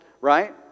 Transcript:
right